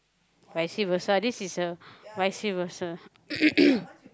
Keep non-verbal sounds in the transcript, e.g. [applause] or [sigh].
vice versa this is a vice versa [coughs]